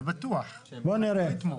זה בטוח אבל אני לא אתמוך.